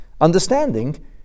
understanding